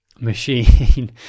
machine